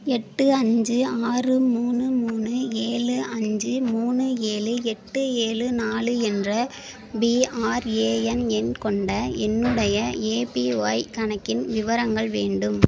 எட்டு அஞ்சு ஆறு மூணு மூணு ஏழு அஞ்சு மூணு ஏழு எட்டு ஏழு நாலு என்ற பிஆர்ஏஎன் எண் கொண்ட என்னுடைய ஏபிஒய் கணக்கின் விவரங்கள் வேண்டும்